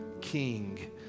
King